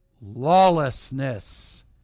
lawlessness